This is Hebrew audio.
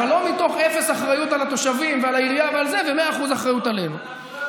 אבל לא מתוך אפס אחריות על התושבים ועל העירייה ו-100% אחריות עלינו.